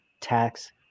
tax